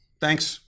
Thanks